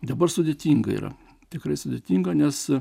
dabar sudėtinga yra tikrai sudėtinga nes